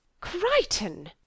Crichton